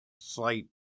slight